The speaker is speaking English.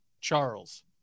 Charles